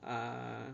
uh